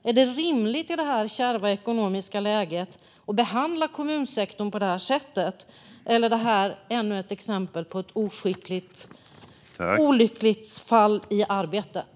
Är det rimligt att i det kärva ekonomiska läget behandla kommunsektorn på det sättet, eller är det här ännu ett exempel på ett oskickligt olycksfall i arbetet?